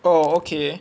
oh okay